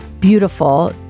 beautiful